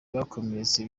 bakomeretse